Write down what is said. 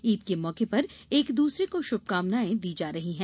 ईद के मौके पर एक दूसरे को शुभकामनाएं दी जा रही हैं